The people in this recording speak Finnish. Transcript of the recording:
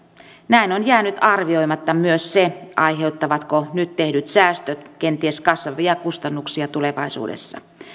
näin on jäänyt arvioimatta myös se aiheuttavatko nyt tehdyt säästöt kenties kasvavia kustannuksia tulevaisuudessa